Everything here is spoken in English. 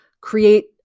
create